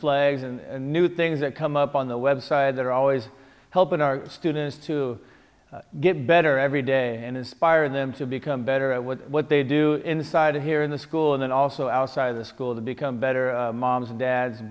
flags and new things that come up on the website that are always helping our students to get better every day and inspire them to become better at what they do inside here in the school and then also outside of the school to become better moms and dads